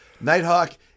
Nighthawk